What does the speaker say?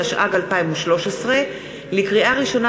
התשע"ג 2013. לקריאה ראשונה,